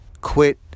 quit